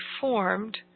formed